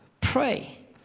pray